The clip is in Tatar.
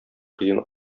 кыен